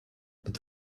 but